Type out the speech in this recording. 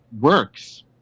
works